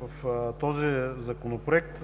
в този законопроект